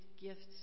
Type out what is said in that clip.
gifts